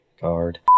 card